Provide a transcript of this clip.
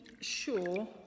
sure